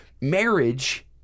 Marriage